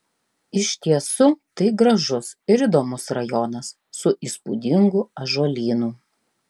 iš tiesų tai gražus ir įdomus rajonas su įspūdingu ąžuolynu